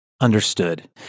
Understood